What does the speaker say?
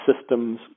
systems